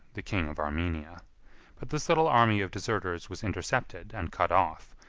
the king of armenia but this little army of deserters was intercepted, and cut off,